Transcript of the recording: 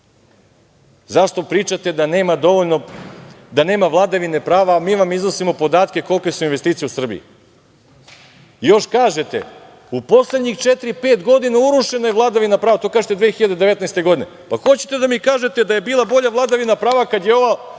Zašto pričate da nema vladavine prava a mi vam iznosimo podatke kolike su investicije u Srbiji? Još kažete - u poslednjih četiri, pet godina, urušena je vladavina prava. To kažete 2019. godine. Jel hoćete da mi kažete da je bila bolja vladavina prava kad je ova